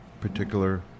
particular